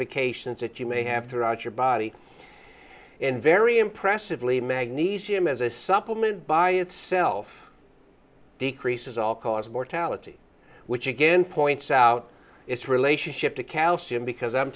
calcifications that you may have throughout your body and very impressively magnesium as a supplement by itself decreases all cause mortality which again points out its relationship to calcium because i'm